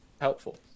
Helpful